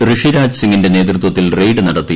ഋഷിരാജ് സിങിന്റെ നേതൃത്വത്തിൽ റെയ്ഡ് നടത്തി